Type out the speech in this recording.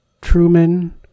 Truman